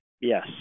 Yes